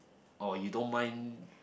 or you don't mind